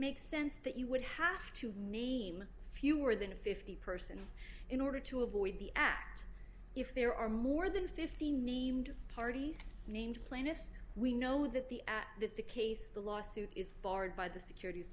makes sense that you would have to name fewer than fifty persons in order to avoid the act if there are more than fifteen need parties named plaintiffs we know that the at the case the lawsuit is barred by the securit